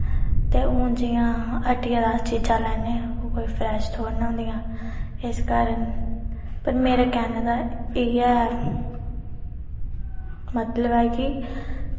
ते हून जि'यां हट्टिया दा कोई चीज़ां लैन्ने आं ओह् कोई फ्रेश थोह्ड़े ना होंदियां इस कारण पर मेरे कहने दा इ'यै मतलब ऐ की